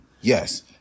yes